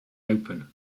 open